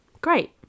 great